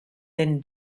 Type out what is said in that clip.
den